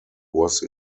was